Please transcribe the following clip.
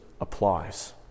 applies